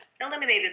eliminated